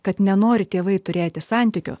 kad nenori tėvai turėti santykio